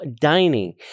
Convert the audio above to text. Dining